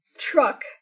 truck